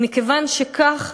ומכיוון שכך,